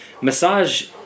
massage